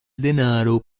denaro